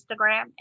Instagram